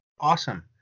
Awesome